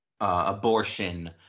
abortion